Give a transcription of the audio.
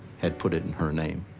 had put it in her name.